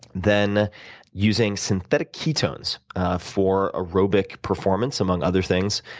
then using synthetic ketones for aerobic performance among other things.